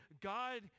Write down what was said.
God